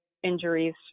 injuries